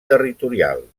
territorial